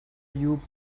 you